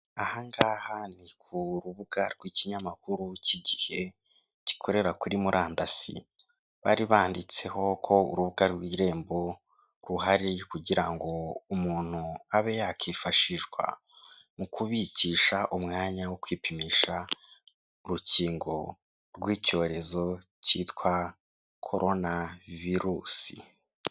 Aha ngaha ni ku rubuga rw'ikinyamakuru cy'Igihe gikorera kuri murandasi, bari banditseho ko urubuga rw'irembo ruhari kugira ngo umuntu abe yakifashishwa mu kubikisha umwanya wo kwipimisha urukingo rw'icyorezo cyitwa corona virusi.